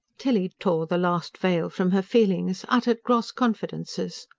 tilly tore the last veil from her feelings, uttered gross confidences.